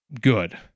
Good